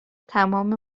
تمام